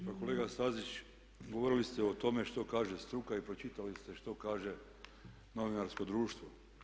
Pa kolega Stazić govorili ste o tome što kaže struka i pročitali ste što kaže novinarsko društvo.